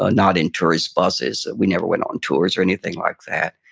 ah not in tourist buses. we never went on tours or anything like that.